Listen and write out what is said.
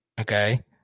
okay